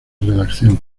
redacción